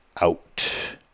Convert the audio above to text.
out